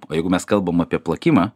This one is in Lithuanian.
o jeigu mes kalbam apie plakimą